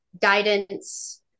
guidance